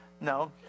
No